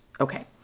okay